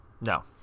no